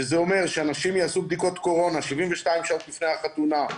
וזה אומר שאנשים יעשו בדיקות קורונה 72 שעות לפני החתונה,